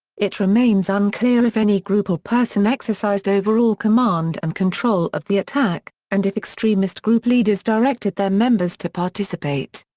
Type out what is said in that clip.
it remains unclear if any group or person exercised overall command and control of the attack, and if extremist group leaders directed their members to participate.